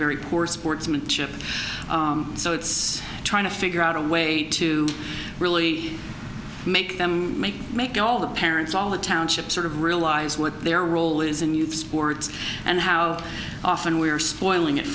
very poor sportsmanship so it's trying to figure out a way to really make them make make go all the parents all the township sort of realize what their role is in youth sports and how often we are spoiling it